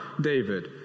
David